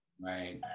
right